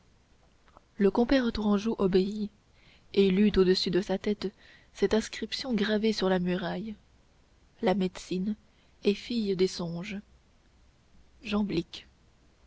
le compère tourangeau obéit et lut au-dessus de sa tête cette inscription gravée sur la muraille la médecine est fille des songes